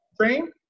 train